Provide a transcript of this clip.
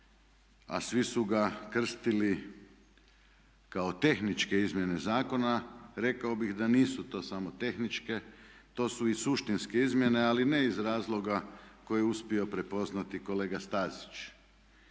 a svi su ga krstili kao tehničke izmjene zakona rekao bih da nisu to samo tehničke to su i suštinske izmjene ali ne iz razloga koji je uspio prepoznati kolega Stazić.